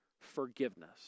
forgiveness